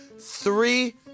three